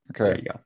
Okay